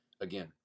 again